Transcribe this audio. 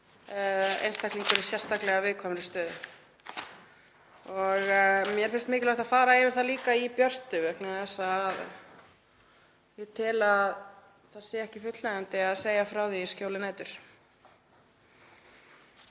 einstaklingur í sérstaklega viðkvæmri stöðu. Mér finnst mikilvægt að fara yfir það líka í björtu vegna þess að ég tel að það sé ekki fullnægjandi að segja frá því í skjóli nætur.